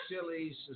Silly